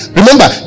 remember